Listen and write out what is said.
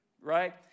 right